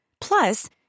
Plus